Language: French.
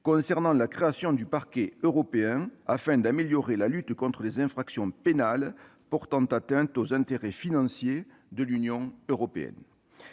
concernant la création du Parquet européen, afin d'améliorer la lutte contre les infractions pénales portant atteinte aux intérêts financiers de l'Union européenne.